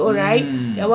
mm